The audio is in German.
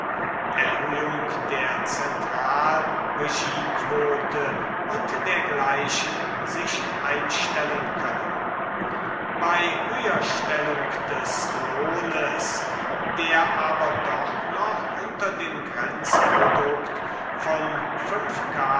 erhöhung der zentralregiequote und dergleichen sich einstellen können bei höherstellung des lohnes der aber doch noch unter dem grenzprodukt von